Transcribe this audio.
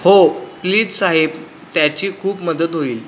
हो प्लीज साहेब त्याची खूप मदत होईल